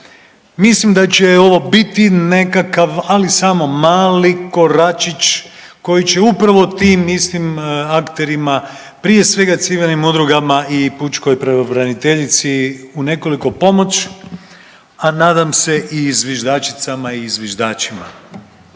Mislim da će ovo biti nekakav ali samo mali koračić koji će upravo tim istim akterima, prije svega civilnim udrugama i pučkoj pravobraniteljice u nekoliko pomoći, a nadam se i zviždačicama i zviždačima.